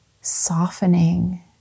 softening